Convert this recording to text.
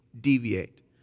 deviate